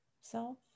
self